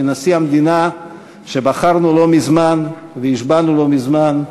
מנשיא המדינה שבחרנו לא מזמן והשבענו לא מזמן,